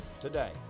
today